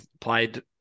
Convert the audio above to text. Played